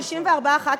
64 ח"כים,